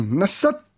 nasat